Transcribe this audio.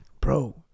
Bro